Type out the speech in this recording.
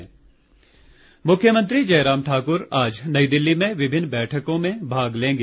मख्यमंत्री मुख्यमंत्री जयराम ठाक्र आज नई दिल्ली में विभिन्न बैठकों में भाग लेंगे